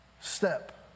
step